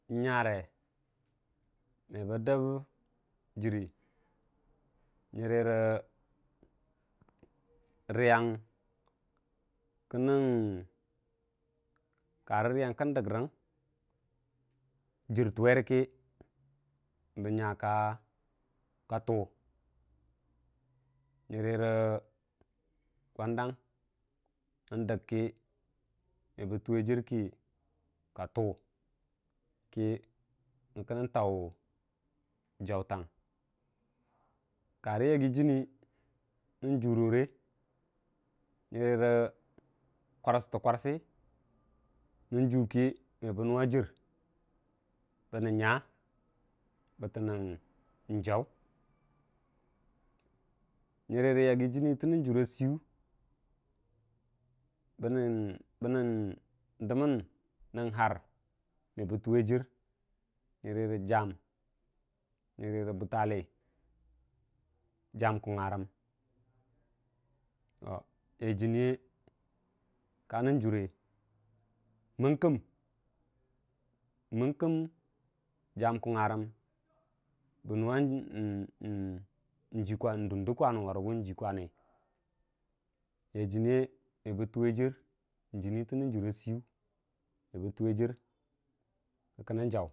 n'nyare mebə dəb jəri ngərə rə rəyang kəndu karə rəyang kən dəgrə jir tuwe rəkə bə nya kə tuu nyərə gwandang ndəg kə meba tuwe rə jir kə kən tau jautang karə yaggi jənni n'jurore ngərə rə kwasətə-kwasə njuu kə me bə nəngnga jir bənən nga nən jau nyərə yəggi jənni tənnən jur bəbən dəmən nən har me bə tuwe jir ngərə rə jam ngərə jam kungugarəm yai jənni ye ka nən jure, mənkən, mənkən jam kungngarəm ndundə kwaən warəgu nji kwani me bə tuwe jir nyənni tənən jura siyu.